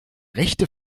rechte